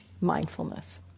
mindfulness